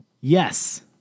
Yes